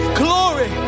glory